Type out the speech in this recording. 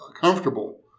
comfortable